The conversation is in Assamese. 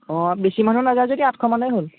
অঁ বেছি মানুহ নাজায় যদি আঠশ মানেই হ'ল